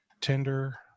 Tinder